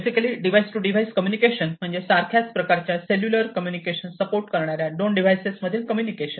basically device to device communication म्हणजे सारख्याच प्रकारच्या सेल्युलर कम्युनिकेशन सपोर्ट करणाऱ्या दोन डिव्हाइसेस मधील कम्युनिकेशन